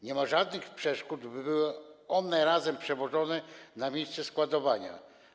Nie ma żadnych przeszkód, by były one razem przewożone na miejsce składowania.